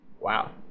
wow